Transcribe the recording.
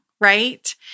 right